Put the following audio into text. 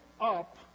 up